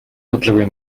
удалгүй